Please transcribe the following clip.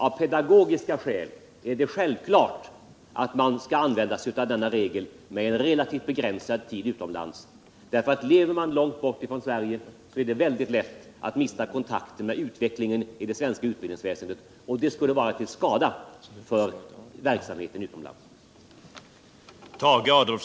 Av pedagogiska skäl är det självklart att man skall använda sig av regeln om relativt begränsad tid utomlands. Lever man långt borta från Sverige är det mycket lätt att mista kontakten med utvecklingen inom det svenska utbildningsväsendet, och det skulle vara till skada för verksamheten utomlands.